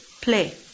play